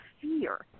fear